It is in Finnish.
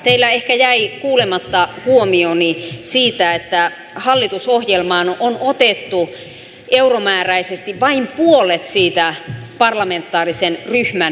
teiltä ehkä jäi kuulematta huomioni siitä että hallitusohjelmaan on otettu euromääräisesti vain puolet siitä parlamentaarisen ryhmän ehdotuksesta